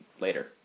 later